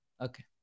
Okay